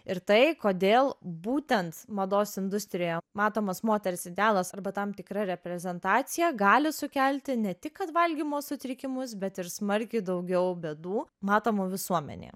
ir tai kodėl būtent mados industrijoje matomas moters idealas arba tam tikra reprezentacija gali sukelti ne tik kad valgymo sutrikimus bet ir smarkiai daugiau bėdų matomų visuomenėje